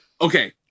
Okay